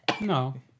No